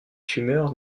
tumeur